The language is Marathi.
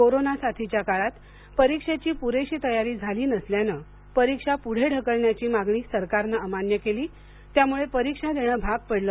कोरोना साथीच्या काळात परीक्षेची पुरेशी तयारी झाली नसल्याने परीक्षा पुढे ढकलण्याची मागणी सरकारने अमान्य केली त्यामुळे परीक्षा देणे भाग पडले